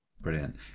brilliant